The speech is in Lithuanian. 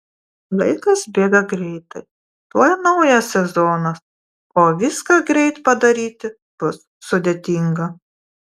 laikas bėga greitai tuoj naujas sezonas o viską greit padaryti bus sudėtinga